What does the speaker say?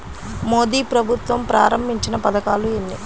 మోదీ ప్రభుత్వం ప్రారంభించిన పథకాలు ఎన్ని?